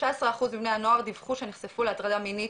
19 אחוז מבני הנוער דיווחו שהם נחשפו להטרדה מינית